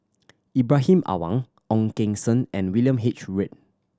Ibrahim Awang Ong Keng Sen and William H Read